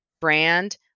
brand